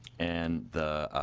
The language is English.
and the